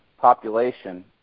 population